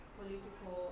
political